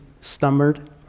stammered